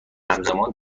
همزمان